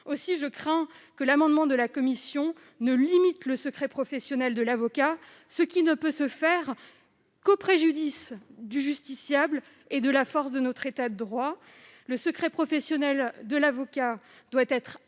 Aussi, je crains que l'adoption de l'amendement de la commission n'ait pour effet de limiter le secret professionnel de l'avocat, ce qui ne peut se faire qu'au préjudice du justiciable et de la force de notre État de droit. Le secret professionnel de l'avocat doit être